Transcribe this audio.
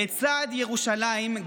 לצד ירושלים,